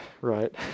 right